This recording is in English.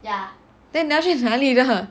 then 你要去哪里的